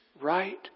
right